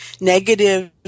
negative